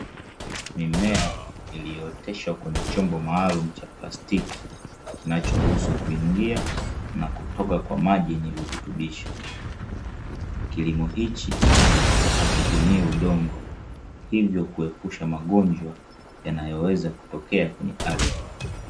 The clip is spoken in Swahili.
Mimea iliyooteshwa kwenye chombo maalum cha plastiki, kinachoruhusu kuingia na kutoka kwa maji yenye virutubisho. Kilimo hichi hakitumii udongo, hivyo kuepusha magonjwa yanayoweza kutokea kwenye ardhi.